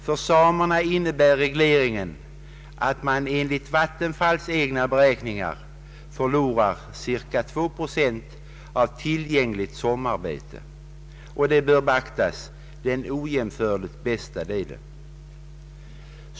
För samerna innebär regleringen att man enligt Vattenfalls egna beräkningar förlorar cirka 2 procent av tillgängligt sommarbete, och, det bör beaktas, den ojämförligt bästa delen.